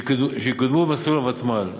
שיקודמו במסלול הוותמ"ל,